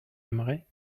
aimerait